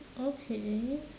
okay